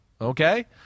okay